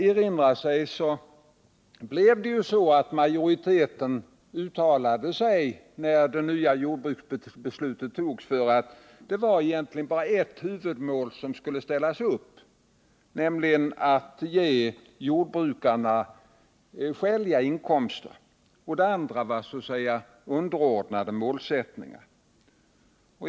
Vi vet ju alla att när det nya jordbruksbeslutet fattades uttalade sig majoriteten för ett enda huvudmål, nämligen att jordbrukarna skulle beredas skäliga inkomster. Det andra var så att säga underordnade mål.